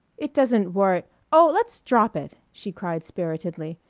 it doesn't wor oh, let's drop it! she cried spiritedly.